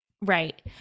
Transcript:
right